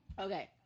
Okay